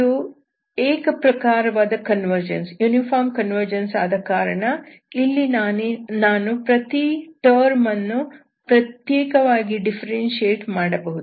ಅದು ಏಕಪ್ರಕಾರವಾದ ಕನ್ವರ್ಜನ್ಸ್ ಆದ ಕಾರಣ ಇಲ್ಲಿ ನಾನು ಪ್ರತಿ ಟರ್ಮ್ ಅನ್ನು ಪ್ರತ್ಯೇಕವಾಗಿ ಡಿಫ್ಫೆರೆನ್ಶಿಯೇಟ್ ಮಾಡಬಹುದು